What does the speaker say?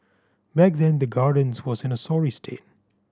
back then the Gardens was in a sorry state